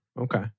okay